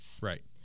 Right